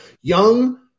young